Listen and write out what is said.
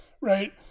right